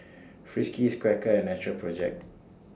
Friskies Quaker and Natural Project